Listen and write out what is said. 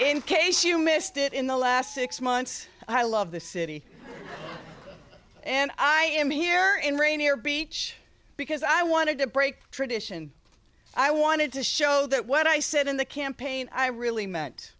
in case you missed it in the last six months i love the city and i am here in rainier beach because i wanted to break tradition i wanted to show that what i said in the campaign i really meant